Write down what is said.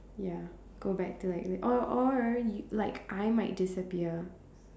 ya go back to like or or or like I might disappear